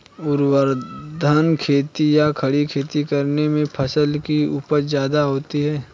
ऊर्ध्वाधर खेती या खड़ी खेती करने से फसल की उपज ज्यादा होती है